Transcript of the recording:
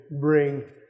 bring